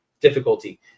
difficulty